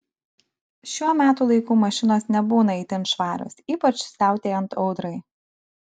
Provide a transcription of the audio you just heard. šiuo metų laiku mašinos nebūna itin švarios ypač siautėjant audrai